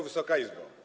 Wysoka Izbo!